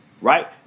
right